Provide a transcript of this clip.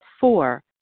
Four